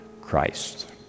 Christ